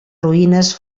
ruïnes